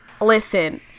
listen